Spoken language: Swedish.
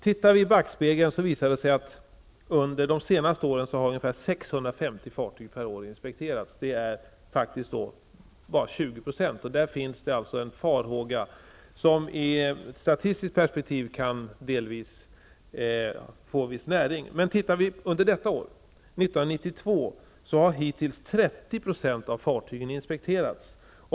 Tittar vi i backspegeln visar det sig att under de senaste åren har ungefär 650 fartyg per år inspekterats. Det är bara 20 %. Det finns farhågor, som i statistiskt perspektiv delvis kan få viss näring. Men under 1992 har hittills 30 % av fartygen inspekterats.